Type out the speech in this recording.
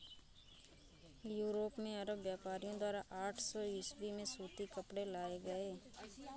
Europe में अरब व्यापारियों द्वारा आठ सौ ईसवी में सूती कपड़े लाए गए